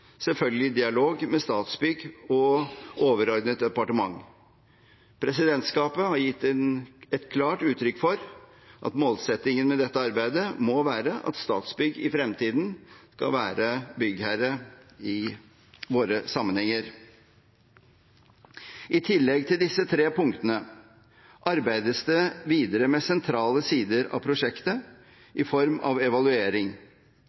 selvfølgelig i dialog med Statsbygg og overordnet departement. Presidentskapet har gitt et klart uttrykk for at målsettingen med dette arbeidet må være at Statsbygg i fremtiden skal være byggherre i våre sammenhenger. I tillegg til disse tre punktene arbeides det videre med sentrale sider av prosjektet i form av evaluering,